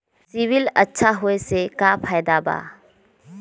CIBIL अच्छा होऐ से का फायदा बा?